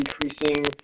decreasing